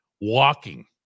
walking